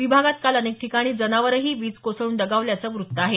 विभागात काल अनेक ठिकाणी जनावरही वीज कोसळून दगावल्याचं वृत्त आहे